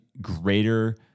greater